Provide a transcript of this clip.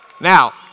Now